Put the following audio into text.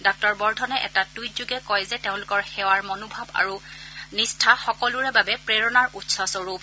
ডাঃ বৰ্ধনে এটা টুইটযোগে কয় যে তেওঁলোকৰ সেৱাৰ মনোভাৱ আৰু নিষ্ঠা সকলোৰে বাবে প্ৰেৰণাৰ উৎসস্বৰূপ